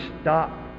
stop